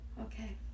Okay